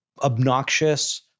obnoxious